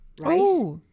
right